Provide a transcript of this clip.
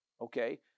okay